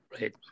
Right